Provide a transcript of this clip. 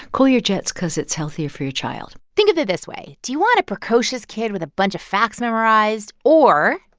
cool your jets because it's healthier for your child think of it this way. do you want a precocious kid with a bunch of facts memorized? or.